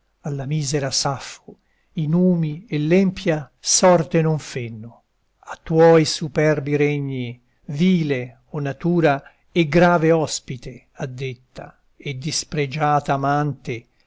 alla misera saffo i numi e l'empia sorte non fenno a tuoi superbi regni vile o natura e grave ospite addetta e dispregiata amante